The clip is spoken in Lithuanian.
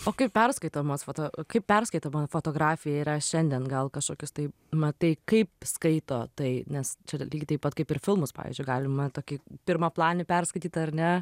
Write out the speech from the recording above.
o kaip perskaitomas va ta kaip perskaitoma fotografija yra šiandien gal kažkokius tai matai kaip skaito tai nes čia yra lygiai taip pat kaip ir filmus pavyzdžiui galima tokį pirmaplanį perskaityt ar ne